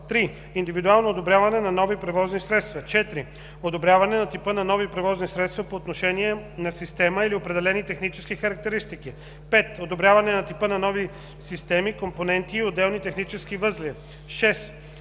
3. индивидуално одобряване на нови превозни средства; 4. одобряване на типа на нови превозни средства по отношение на система или определени технически характеристики; 5. одобряване на типа на нови системи, компоненти и отделни технически възли; 6.